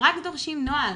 הם רק דורשים נוהל,